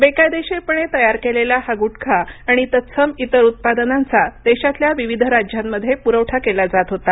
बेकायदेशीरपणे तयार केलेला हा गुटखा आणि तत्सम इतर उत्पादनांचा देशातल्या विविध राज्यांमध्ये पुरवठा केला जात होता